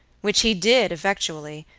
which he did effectually,